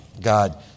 God